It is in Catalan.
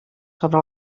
sobre